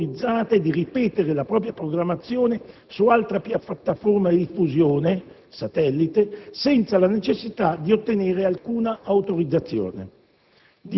o autorizzate di ripetere la propria programmazione su altra piattaforma di diffusione (satellite) senza la necessità di ottenere alcuna autorizzazione.